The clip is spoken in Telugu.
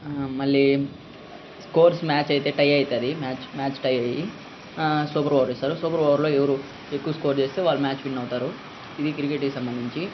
మళ్ళీ స్క్రోర్స్ మ్యాచ్ అయితే టై అయితది మ్యాచ్ మ్యాచ్ టై అయి సూపర్ ఓవర్ ఇస్తారు సూపర్ ఓవర్లో ఎవరు ఎక్కువ స్కోర్ చేస్తే వాళ్ళు మ్యాచ్ విన్ అవుతారు ఇది క్రికెట్కి సంబంధించి